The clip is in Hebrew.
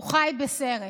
הוא חי בסרט.